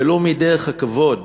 ולו מדרך הכבוד